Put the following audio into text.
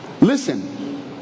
Listen